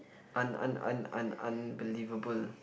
un un un unbelievable